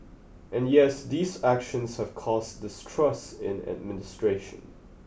and yes these actions have caused distrust in administration